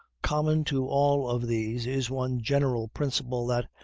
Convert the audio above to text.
common to all of these is one general principle that,